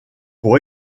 pour